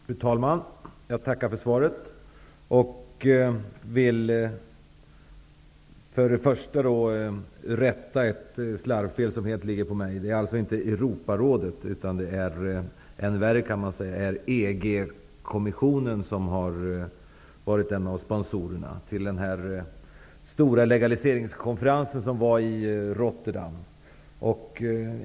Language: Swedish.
Fru talman! Jag tackar för svaret och vill först och främst rätta till ett slarvfel som helt och hållet beror på mig. Det är alltså inte Europarådet utan -- än värre kan man säga -- EG-kommissionen som har varit en av sponsorerna till den här stora legaliseringskonferensen i Rotterdam.